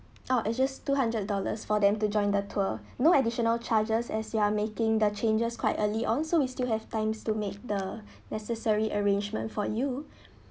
oh it's just two hundred dollars for them to join the tour no additional charges as you are making the changes quite early on so we still have time to make the necessary arrangements for you